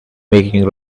making